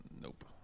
Nope